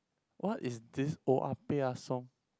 what is this oya-beh-ya-som